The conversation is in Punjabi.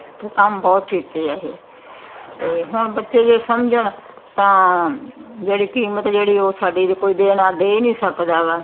ਅਤੇ ਕੰਮ ਬਹੁਤ ਕੀਤੇ ਆ ਇਹ ਅਤੇ ਹੁਣ ਬੱਚੇ ਜੇ ਸਮਝਣ ਤਾਂ ਜਿਹੜੀ ਕੀਮਤ ਜਿਹੜੀ ਉਹ ਸਾਡੀ ਦੇ ਕੋਈ ਦੇਣਾ ਦੇ ਨਹੀਂ ਸਕਦਾ ਗਾ